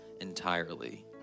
entirely